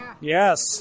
yes